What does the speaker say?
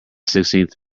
sixteenth